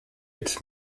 its